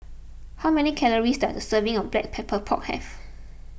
how many calories does a serving of Black Pepper Pork have